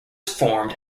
formed